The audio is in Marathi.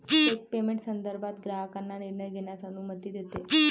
चेक पेमेंट संदर्भात ग्राहकांना निर्णय घेण्यास अनुमती देते